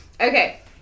Okay